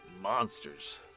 monsters